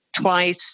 twice